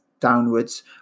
downwards